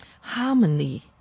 harmony